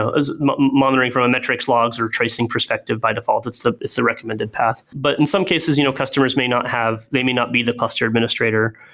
ah ah monitoring from metrics logs or tracking perspective by default. it's the it's the recommended path. but in some cases, you know customers may not have they may not be the cluster administrator.